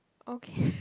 okay